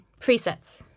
presets